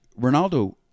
Ronaldo